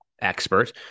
expert